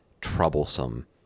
troublesome